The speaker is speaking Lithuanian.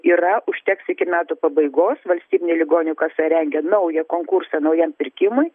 yra užteks iki metų pabaigos valstybinė ligonių kasa rengia naują konkursą naujam pirkimui